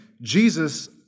Jesus